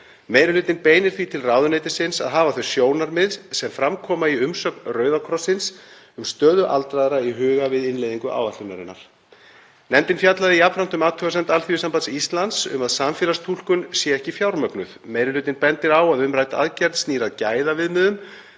Meiri hlutinn beinir því til ráðuneytisins að hafa þau sjónarmið sem fram koma í umsögn Rauða krossins um stöðu aldraðra í huga við innleiðingu áætlunarinnar. Nefndin fjallaði jafnframt um athugasemd Alþýðusambands Íslands um að samfélagstúlkun sé ekki fjármögnuð. Meiri hlutinn bendir á að umrædd aðgerð snýr að gæðaviðmiðum